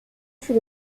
fut